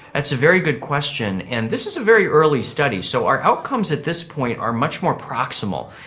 that's a very good question, and this is a very early study, so our outcomes at this point are much more proximal.